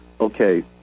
okay